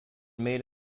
made